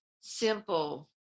simple